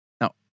Now